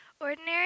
Ordinary